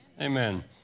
Amen